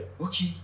Okay